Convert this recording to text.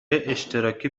اشتراکی